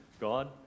God